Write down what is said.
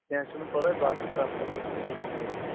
کیٚنٛہہ چھُنہٕ پرواے باقٕے کتھ ہیٚکو أسۍ پتہٕ تٔتی کٔرِتھ